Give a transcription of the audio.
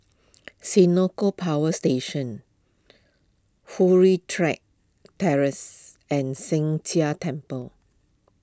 Senoko Power Station Hurray Check Terrace and Sheng Jia Temple